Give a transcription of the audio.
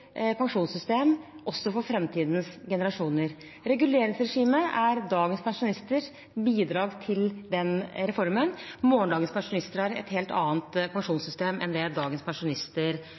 pensjonssystem også for framtidens generasjoner. Reguleringsregimet er dagens pensjonisters bidrag til den reformen. Morgendagens pensjonister har et helt annet pensjonssystem enn det dagens pensjonister